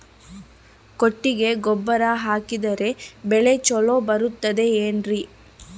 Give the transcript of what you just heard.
ಕೊಟ್ಟಿಗೆ ಗೊಬ್ಬರ ಹಾಕಿದರೆ ಬೆಳೆ ಚೊಲೊ ಬರುತ್ತದೆ ಏನ್ರಿ?